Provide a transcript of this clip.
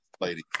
lady